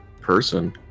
person